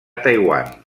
taiwan